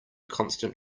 constant